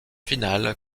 final